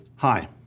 Hi